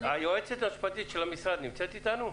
היועצת המשפטית של המשרד נמצאת איתנו?